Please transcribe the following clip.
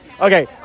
Okay